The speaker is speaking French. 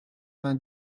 vingt